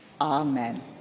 Amen